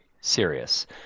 serious